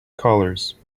colors